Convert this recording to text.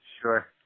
sure